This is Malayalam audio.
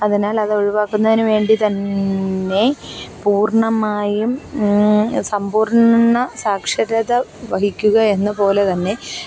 അതിനാൽ അത് ഒഴിവാക്കുന്നതിനുവേണ്ടി തന്നെ പൂർണ്ണമായും സമ്പൂർണ്ണ സാക്ഷരത വഹിക്കുക എന്ന പോലെ തന്നെ